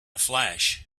flash